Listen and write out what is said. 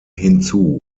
hinzu